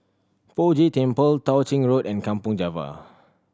Poh Jay Temple Tao Ching Road and Kampong Java